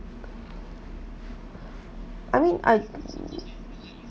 I mean I